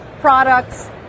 products